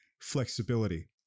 flexibility